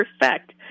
perfect